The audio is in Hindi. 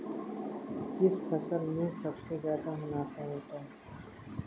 किस फसल में सबसे जादा मुनाफा होता है?